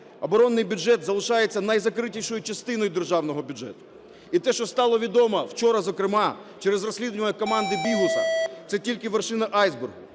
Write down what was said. оборонний бюджет залишається найзакритішою частиною Державного бюджету, і те, що стало відомо вчора, зокрема через розслідування команди Бігуса, це тільки вершина айсбергу.